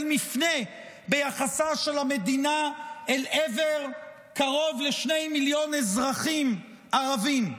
מפנה ביחסה של המדינה אל עבר קרוב לשני מיליון אזרחים ערבים.